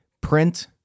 Print